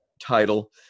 title